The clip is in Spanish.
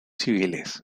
civiles